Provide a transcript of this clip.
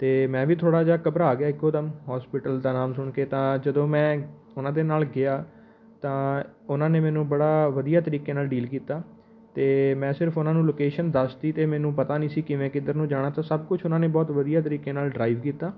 ਅਤੇ ਮੈਂ ਵੀ ਥੋੜ੍ਹਾ ਜਿਹਾ ਘਬਰਾ ਗਿਆ ਇੱਕੋ ਦਮ ਹੋਸਪੀਟਲ ਦਾ ਨਾਮ ਸੁਣ ਕੇ ਤਾਂ ਜਦੋਂ ਮੈਂ ਉਹਨਾਂ ਦੇ ਨਾਲ਼ ਗਿਆ ਤਾਂ ਉਹਨਾਂ ਨੇ ਮੈਨੂੰ ਬੜਾ ਵਧੀਆ ਤਰੀਕੇ ਨਾਲ਼ ਡੀਲ ਕੀਤਾ ਅਤੇ ਮੈਂ ਸਿਰਫ਼ ਉਹਨਾਂ ਨੂੰ ਲੋਕੇਸ਼ਨ ਦੱਸਤੀ ਅਤੇ ਮੈਨੂੰ ਪਤਾ ਨੀ ਸੀ ਕਿਵੇਂ ਕਿੱਧਰ ਨੂੰ ਜਾਣਾ ਤਾਂ ਸਭ ਕੁਝ ਉਹਨਾਂ ਨੇ ਬਹੁਤ ਵਧੀਆ ਤਰੀਕੇ ਨਾਲ਼ ਡਰਾਈਵ ਕੀਤਾ